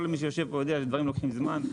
כל מי שיושב פה יודע שדברים לוקחים זמן.